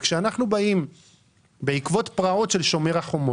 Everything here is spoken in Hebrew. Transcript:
וכשאנחנו באים בעקבות הפרעות האלו,